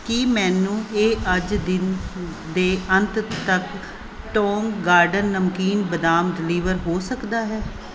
ਕੀ ਮੈਨੂੰ ਇਹ ਅੱਜ ਦਿਨ ਦੇ ਅੰਤ ਤੱਕ ਟੋਂਗ ਗਾਰਡਨ ਨਮਕੀਨ ਬਦਾਮ ਡਲੀਵਰ ਹੋ ਸਕਦਾ ਹੈ